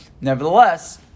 Nevertheless